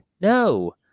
No